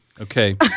Okay